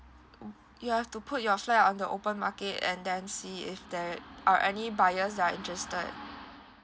you've to put your flat on the open market and then see if there are any buyers that are interested